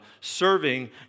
serving